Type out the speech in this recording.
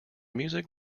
music